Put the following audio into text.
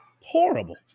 Horrible